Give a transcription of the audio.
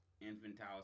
infantile